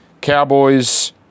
Cowboys